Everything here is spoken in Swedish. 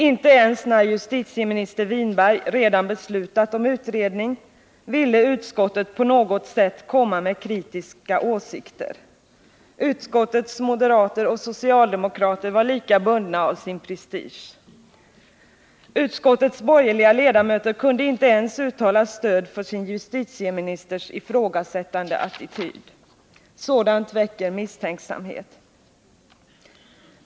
Inte ens när justitieminister Winberg redan beslutat om utredning ville utskottet på något sätt komma med kritiska åsikter. Utskottets moderater och socialdemokrater var lika bundna av sin prestige. Utskottets borgerliga ledamöter kunde inte ens uttala stöd för sin justitieministers ifrågasättande attityd. Sådant väcker misstänksamhet.